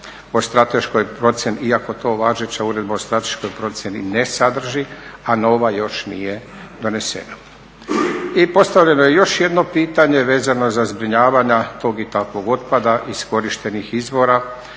iako, naglašavam, to važeća Uredba o strateškoj procjeni ne sadrži, a nova još nije donesena. I postavljeno je još jedno pitanje vezano za zbrinjavanje tog i takvog otpada iskorištenih izvora,